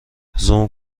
زوم